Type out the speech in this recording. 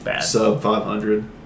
sub-500